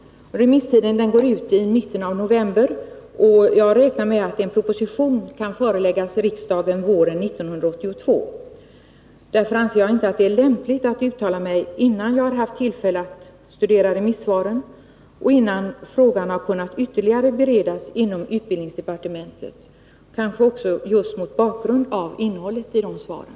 Remis tiden går ut i mitten av november. Jag räknar med att en proposition kan föreläggas riksdagen våren 1982. Därför anser jag inte att det är lämpligt att jag uttalar mig innan jag har haft tillfälle att studera remissvaren och innan frågan har kunnat beredas inom utbildningsdepartementet. kanske just mot bakgrunden av innehållet i remissvaren.